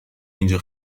اینجا